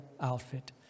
outfit